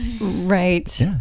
Right